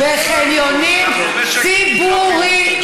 בחניונים ציבוריים.